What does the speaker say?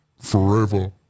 forever